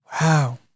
Wow